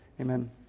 amen